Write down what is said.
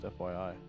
FYI